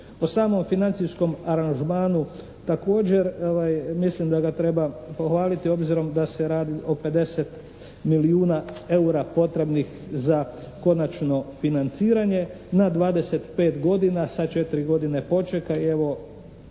O samom financijskom aranžmanu također mislim da ga treba pohvaliti obzirom da se radi o 50 milijuna eura potrebnih za konačno financiranje na 25 godina sa 4 godine počeka. I evo,